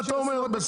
מה זה אין מה לעשות?